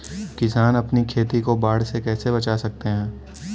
किसान अपनी खेती को बाढ़ से कैसे बचा सकते हैं?